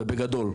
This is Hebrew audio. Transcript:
ובגדול.